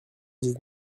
dix